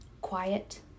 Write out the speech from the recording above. Quiet